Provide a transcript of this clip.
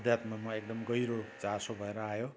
अध्यात्ममा एकदम गहिरो चासो भएर आयो